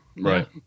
Right